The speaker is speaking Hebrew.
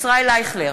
ישראל אייכלר,